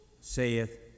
saith